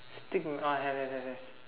stick on uh have have have have